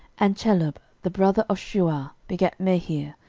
and chelub the brother of shuah begat mehir,